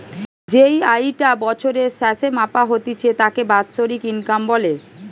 যেই আয়ি টা বছরের স্যাসে মাপা হতিছে তাকে বাৎসরিক ইনকাম বলে